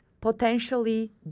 potentially